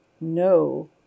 no